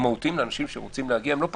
בוקר טוב,